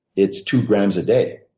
it's two grams a day,